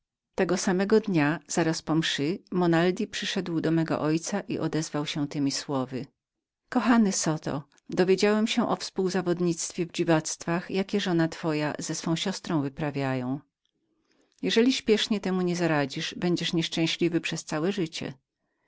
tego samego dnia zaraz po mszy monaldi przyszedł do mego ojca i odezwał się temi słowy kochany zoto dowiedziałem się o współzawodnictwie w dziwactwach jakie żona twoja z jej siostrą wyprawiają jeżeli śpiesznie temu nie zaradzisz będziesz nieszczęśliwym przez całe życie